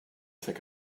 think